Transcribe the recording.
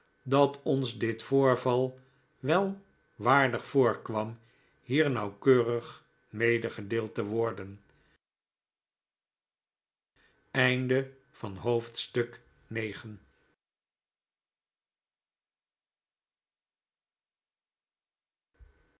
dat ons dit voorval wel waardig voorkwam hier nauwkeurig medegedeeld te worden